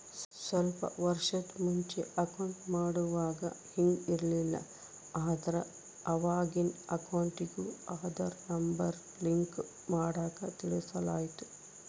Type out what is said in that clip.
ಸ್ವಲ್ಪ ವರ್ಷುದ್ ಮುಂಚೆ ಅಕೌಂಟ್ ಮಾಡುವಾಗ ಹಿಂಗ್ ಇರ್ಲಿಲ್ಲ, ಆದ್ರ ಅವಾಗಿನ್ ಅಕೌಂಟಿಗೂ ಆದಾರ್ ನಂಬರ್ ಲಿಂಕ್ ಮಾಡಾಕ ತಿಳಿಸಲಾಯ್ತು